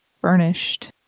furnished